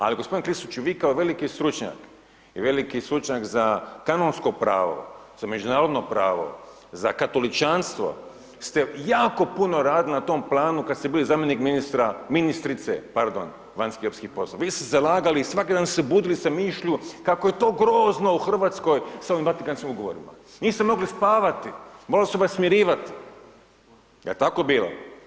Ali g. Klisoviću, vi kao veliki stručnjak i veliki stručnjak za kanonsko pravo, za međunarodno pravo, za katoličanstvo ste jako puno radili na tom planu kad ste bili zamjenik ministrice vanjskih i europskih poslova, vi ste se zalagali i svaki dan ste se budili sa mišlju kako je to grozno u Hrvatskoj sa ovim Vatikanskim ugovorima, niste mogli spavati, morali su vas smirivati, jel' tako bilo?